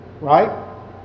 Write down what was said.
right